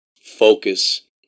focus